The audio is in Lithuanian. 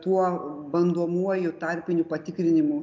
tuo bandomuoju tarpiniu patikrinimu